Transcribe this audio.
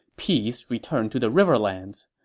peace returned to the riverlands.